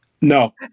No